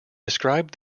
described